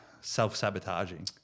self-sabotaging